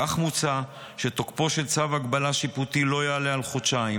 כך מוצע שתוקפו של צו הגבלה שיפוטי לא יעלה על חודשיים,